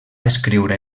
escriure